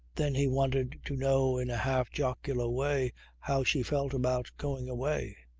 then he wanted to know in a half-jocular way how she felt about going away,